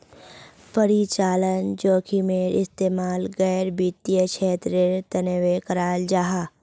परिचालन जोखिमेर इस्तेमाल गैर वित्तिय क्षेत्रेर तनेओ कराल जाहा